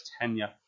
tenure